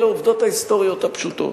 אלה העובדות ההיסטוריות הפשוטות?